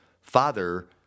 father